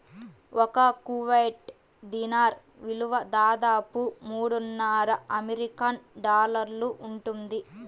ఒక Kuwait dinar విలువ దాదాపు మూడున్నర అమెరికన్ డాలర్లు ఉంటుంది